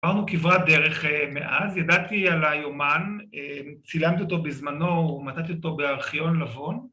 ‫עברנו כברת דרך מאז, ‫ידעתי על היומן, ‫צילמתי אותו בזמנו ‫ומצאתי אותו בארכיון לבון.